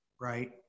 Right